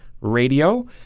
Radio